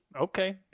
Okay